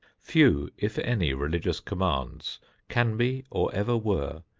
few if any religious commands can be, or ever were,